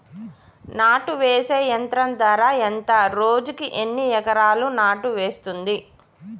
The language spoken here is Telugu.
నాటు వేసే యంత్రం ధర ఎంత రోజుకి ఎన్ని ఎకరాలు నాటు వేస్తుంది?